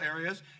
areas